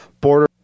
Border